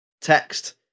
text